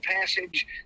passage